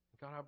God